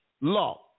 law